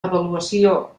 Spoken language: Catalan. avaluació